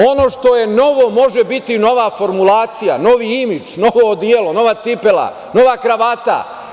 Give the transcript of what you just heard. Ono što je novo može biti nora formulacija, novi imidž, novo odelo, nova cipela, nova kravata.